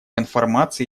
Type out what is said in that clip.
информации